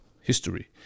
history